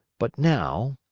but now,